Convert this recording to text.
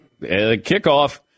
kickoff